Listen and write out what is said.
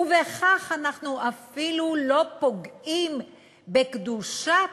ובכך אנחנו אפילו לא פוגעים בקדושת